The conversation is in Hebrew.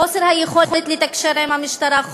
חוסר היכולת לתקשר עם המשטרה,